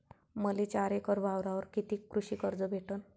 मले चार एकर वावरावर कितीक कृषी कर्ज भेटन?